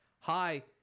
Hi